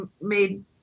made